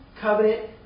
Covenant